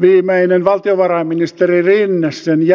viimeinen valtiovarainministeri rinne jätti